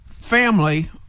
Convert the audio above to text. family